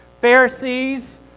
Pharisees